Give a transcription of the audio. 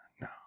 no